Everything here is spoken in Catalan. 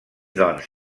doncs